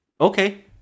okay